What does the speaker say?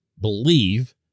believe